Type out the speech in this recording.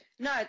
No